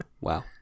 wow